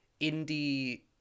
indie